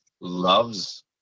loves